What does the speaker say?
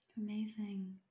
Amazing